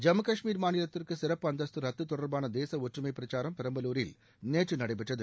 ஜம்மு கஷ்மீர் மாநிலத்திற்கு சிறப்பு அந்தஸ்து ரத்து தொடர்பான தேச ஒற்றுமைப் பிரச்சாரம் பெரம்பலூரில் நேற்று நடைபெற்றது